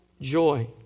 joy